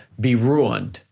be ruined,